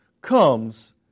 comes